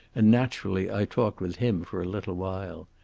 and naturally i talked with him for a little while.